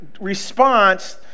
response